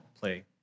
play